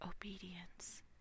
obedience